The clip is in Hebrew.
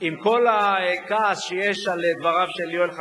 עם כל הכעס שיש על דבריו של יואל חסון,